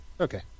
Okay